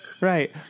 right